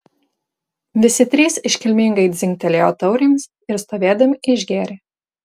visi trys iškilmingai dzingtelėjo taurėmis ir stovėdami išgėrė